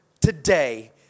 today